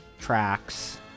tracks